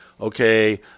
Okay